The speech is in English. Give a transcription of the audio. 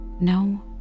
No